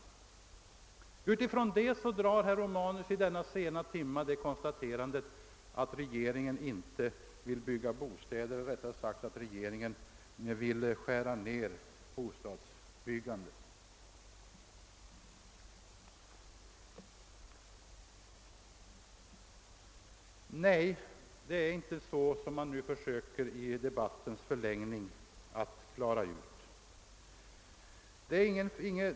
Då gör herr Romanus i denna sena timme det påståendet, att regeringen vill skära ned bostadsbyggandet! Nej, det är inte så som man nu i debattens förlängning försöker framställa det.